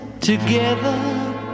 Together